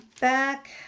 back